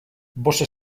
bossa